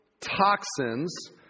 toxins